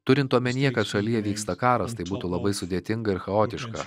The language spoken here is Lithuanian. turint omenyje kad šalyje vyksta karas tai būtų labai sudėtinga ir chaotiška